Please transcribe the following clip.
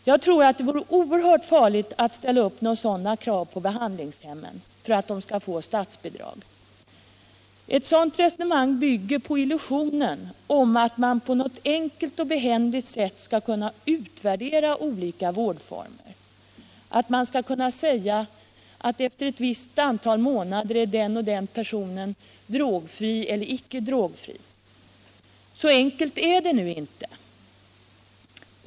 Jag tror det vore oerhört farligt att ställa upp några sådana krav på behandlingshemmen för att de skall få statsbidrag. Ett sådant resonemang bygger på illusionen att man på något enkelt och behändigt sätt skall kunna utvärdera olika vårdformer, att man skall kunna säga att efter ett visst antal månader är den och den personen drogfri eller icke drogfri. Så enkelt är det nu inte.